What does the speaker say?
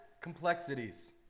complexities